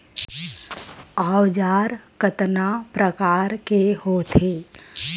औजार कतना प्रकार के होथे?